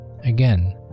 Again